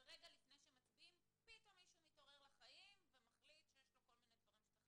ורגע לפני שמצביעים פתאום מישהו מתעורר לחיים ומחליט שיש לו מה לתקן.